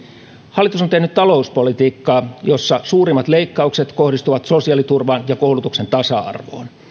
hallitus on tehnyt talouspolitiikkaa jossa suurimmat leikkaukset kohdistuvat sosiaaliturvaan ja koulutuksen tasa arvoon